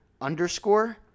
underscore